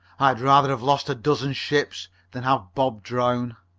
i'd rather have lost a dozen ships than have bob drown!